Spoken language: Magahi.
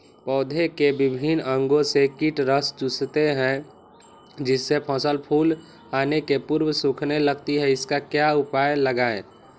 पौधे के विभिन्न अंगों से कीट रस चूसते हैं जिससे फसल फूल आने के पूर्व सूखने लगती है इसका क्या उपाय लगाएं?